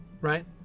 right